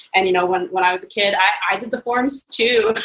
and you know when when i was a kid, i did the forums too.